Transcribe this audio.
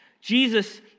Jesus